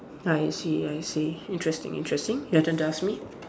I see I see interesting interesting your turn to ask me